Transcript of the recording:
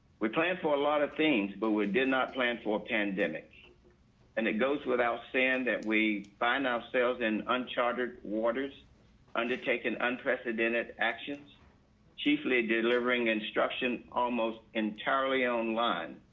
we planned for a lot of things but we did not plan for pandemic and it goes without saying that we find ourselves in unchartered waters undertaken unprecedented as chiefly delivering instruction almost entirely online.